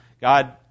God